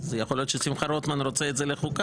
יכול להיות ששמחה רוטמן רוצה את זה לחוקה.